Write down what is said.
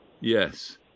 Yes